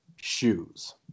shoes